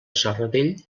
serradell